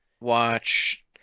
watch